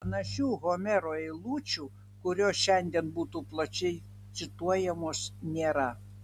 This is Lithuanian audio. panašių homero eilučių kurios šiandien būtų plačiai cituojamos nėra